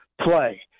play